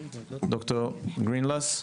בבקשה.